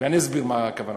ואני אסביר למה הכוונה.